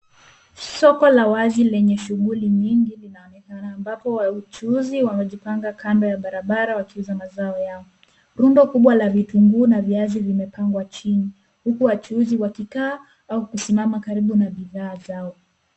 Soko la wazi lenye shughuli nyingi ,linaonekana ambapo wachuuzi wamejipanga kando ya barabara, wakiuza mazao yao. Rundo kubwa la vitunguu na viazi vimepangwa chini, huku wachuuzi wakikaa, au kusimama karibu na bidhaa zao.